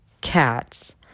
cats